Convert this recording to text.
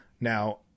now